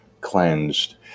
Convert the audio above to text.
cleansed